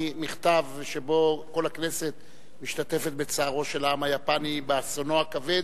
מכתב שבו נאמר שכל הכנסת משתתפת בצערו של העם היפני באסונו הכבד,